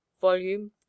volume